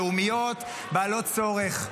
לאומיות בעלות צורך.